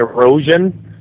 erosion